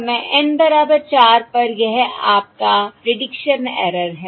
समय N बराबर 4 पर यह आपका प्रीडिक्शन एरर है